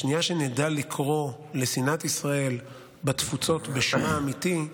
בשנייה שנדע לקרוא לשנאת ישראל בתפוצות בשמה האמיתי,